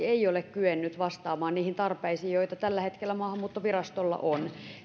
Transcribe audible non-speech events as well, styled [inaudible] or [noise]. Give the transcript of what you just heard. [unintelligible] ei ole kyennyt vastaamaan niihin tarpeisiin joita tällä hetkellä maahanmuuttovirastolla on